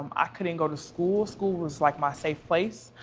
i couldn't go to school. school was like my safe place.